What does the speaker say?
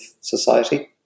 society